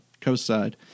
Coastside